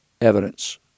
evidence